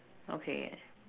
okay